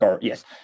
yes